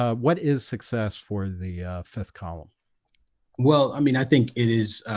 ah what is success for the fifth column well, i mean, i think it is. ah,